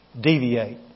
deviate